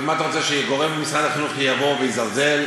אז מה אתה רוצה, שגורם ממשרד החינוך יבוא ויזלזל?